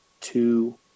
two